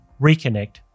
reconnect